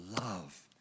love